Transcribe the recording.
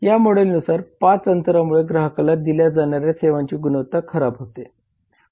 या मॉडेलनुसार 5 अंतरांमुळे ग्राहकाला दिल्या जाणाऱ्या सेवांची गुणवत्ता खराब होते